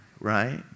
right